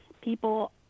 People